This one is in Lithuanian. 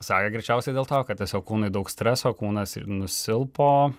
sakė greičiausiai dėl to kad tiesiog kūnui daug streso kūnas ir nusilpo